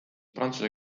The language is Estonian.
prantsuse